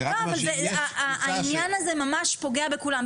אני רק --- העניין הזה ממש פוגע בכולם,